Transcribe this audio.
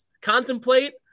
contemplate